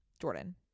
Jordan